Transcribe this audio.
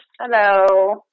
Hello